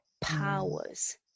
powers